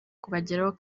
kubageraho